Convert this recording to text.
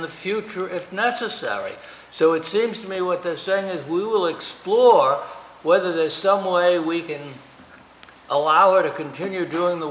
the future if necessary so it seems to me what they're saying is we will explore whether there's some way we can allow her to continue doing the